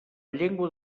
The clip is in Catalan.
llengua